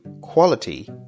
quality